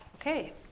Okay